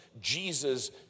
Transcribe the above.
jesus